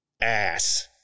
ass